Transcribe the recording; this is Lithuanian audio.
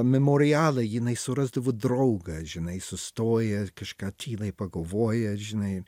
memorialą jinai surasdavo draugą žinai sustoja kažką ti jinai pagalvoja žinai